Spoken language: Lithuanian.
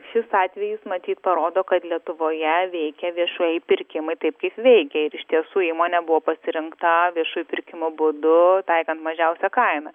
šis atvejis matyt parodo kad lietuvoje veikia viešieji pirkimai taip kaip veikia ir iš tiesų įmonė buvo pasirinkta viešųjų pirkimų būdu taikant mažiausią kainą